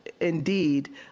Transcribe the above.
indeed